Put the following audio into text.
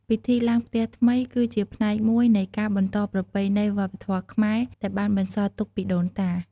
ពិធីឡើងផ្ទះថ្មី គឺជាផ្នែកមួយនៃការបន្តប្រពៃណីវប្បធម៌ខ្មែរដែលបានបន្សល់ទុកពីដូនតា។